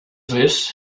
this